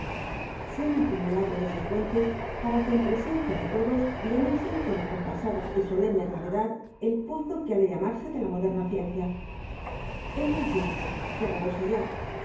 se han acumulado en esa fuente para que en presencia de todos llenasen con rosalía de castro acompasada y solemne gravedad el pozo qne ha de llamarse de la moderna ciencia helo allí que rebosa ya